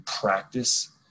practice